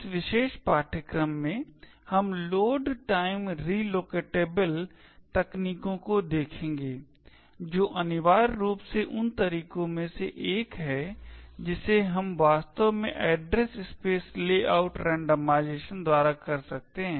इस विशेष पाठ्यक्रम में हम लोड टाइम रिलोकैटेबल तकनीकों को देखेंगे जो अनिवार्य रूप से उन तरीकों में से एक है जिसे हम वास्तव में एड्रेस स्पेस लेआउट रैंडमाइजेशन द्वारा कर सकते हैं